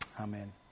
Amen